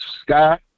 Sky